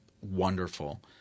wonderful